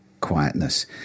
quietness